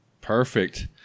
perfect